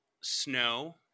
snow